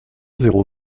zéro